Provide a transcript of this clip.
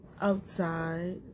outside